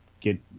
get